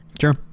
Sure